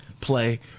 play